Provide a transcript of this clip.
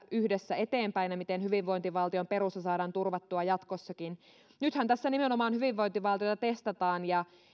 yhdessä eteenpäin ja miten hyvinvointivaltion perusta saadaan turvattua jatkossakin nythän tässä nimenomaan hyvinvointivaltiota testataan ja